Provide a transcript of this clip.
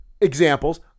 examples